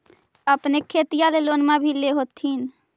अपने खेतिया ले लोनमा भी ले होत्थिन?